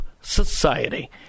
Society